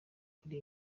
kuri